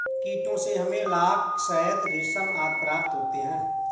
कीटों से हमें लाख, शहद, रेशम आदि प्राप्त होते हैं